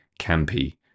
campy